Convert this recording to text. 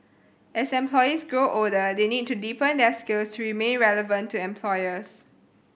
as employees grow older they need to deepen their skills to remain relevant to employers